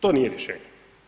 To nije rješenje.